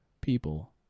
people